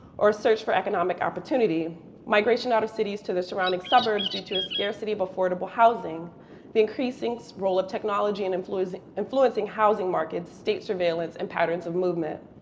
or a search for economic opportunity migration out of cities to the surrounding suburbs due to a scarcity of affordable housing the increasing so role of technology in influencing influencing housing markets, state surveillance, and patterns of movement.